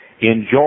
Enjoy